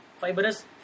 fibrous